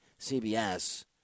CBS